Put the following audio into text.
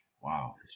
wow